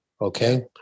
okay